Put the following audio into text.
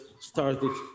started